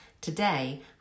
Today